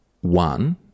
one